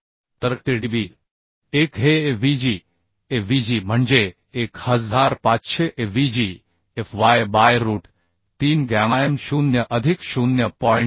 तरTdb 1 हेAvg Avg म्हणजे 1500 Avg Fy by root 3 गॅमाm 0 अधिक 0